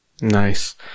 Nice